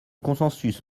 consensus